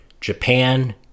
Japan